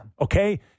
Okay